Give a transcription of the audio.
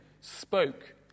spoke